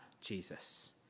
Jesus